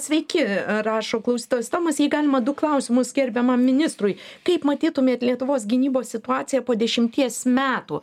sveiki rašo klausytojas tomas jei galima du klausimus gerbiamam ministrui kaip matytumėt lietuvos gynybos situaciją po dešimties metų